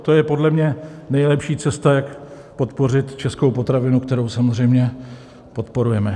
To je podle mě nejlepší cesta, jak podpořit českou potravinu, kterou samozřejmě podporujeme.